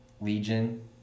legion